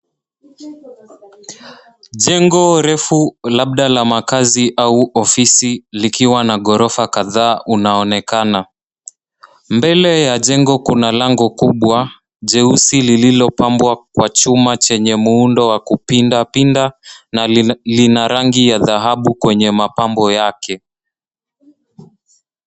Jengo refu, labda la makaazi au ofisi, likiwa na ghorofa kadhaa unaonekana. Mbele ya jengo kuna lango kubwa jeusi lililopambwa kwa chuma chenye muundo wa kupinda pinda na lina rangi ya dhahabu kwenye mapambo yake.